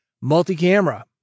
multi-camera